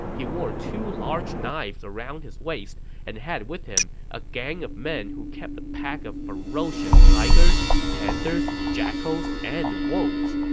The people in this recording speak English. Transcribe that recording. he wore two large knives around his waist, and had with him a gang of men who kept a pack of ferocious tigers, panthers, jackals, and wolves.